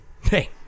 Hey